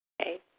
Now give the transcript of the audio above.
Okay